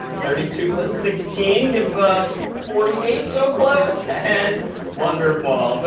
thirty two plus sixteen gives us forty eight so close. and wonderful. so